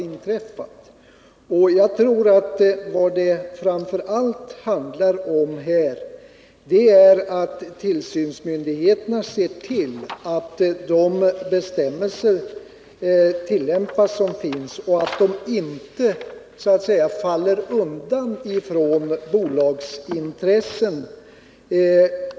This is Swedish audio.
Vad det framför allt handlar om är att tillsynsmyndigheterna måste se till att gällande bestämmelser tillämpas och att de inte faller undan för bolagsintressen.